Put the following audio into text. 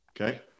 okay